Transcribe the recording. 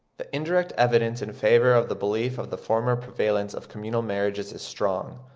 the indirect evidence in favour of the belief of the former prevalence of communal marriages is strong,